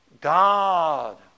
God